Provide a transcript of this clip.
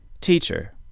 Teacher